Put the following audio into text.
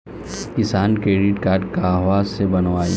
किसान credit card कहवा से बनवाई?